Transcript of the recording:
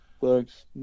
thanks